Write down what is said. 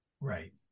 Right